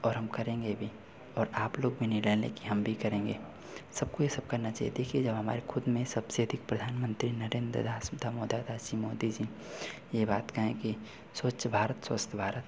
और हम करेंगे भी और आप लोग भी निर्णय लें कि हम भी करेंगे सबको ये सब करना चाहिए देखिए जब हमारे ख़ुद में सबसे अधिक प्रधानमंत्री नरेंद्र दास दामोदर दास जी मोदी जी यह बात कहें कि स्वच्छ भारत स्वस्थ भारत